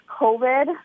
covid